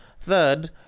Third